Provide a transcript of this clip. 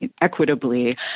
equitably